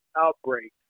outbreak